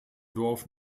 dorf